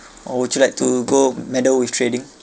or would you like to go meddle with trading